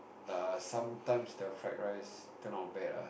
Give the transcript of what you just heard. err sometimes the fried rice turn all bad ah